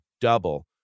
double